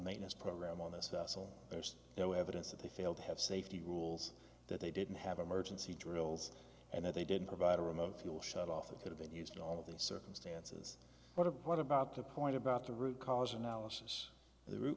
maintenance program on this so there's no evidence that they failed to have safety rules that they didn't have emergency drills and that they didn't provide a remote fuel shut off it could have been used all of these circumstances what about the point about the root cause analysis the root